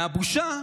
מהבושה